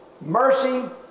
mercy